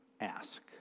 ask